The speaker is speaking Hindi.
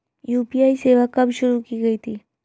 यू.पी.आई सेवा कब शुरू की गई थी?